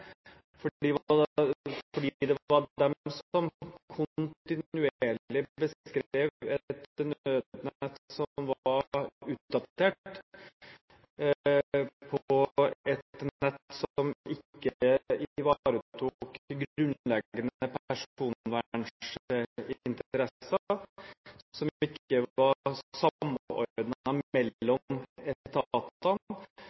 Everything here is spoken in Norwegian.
var de som kontinuerlig beskrev et nødnett som var utdatert, et nett som ikke ivaretok grunnleggende personverninteresser, som ikke var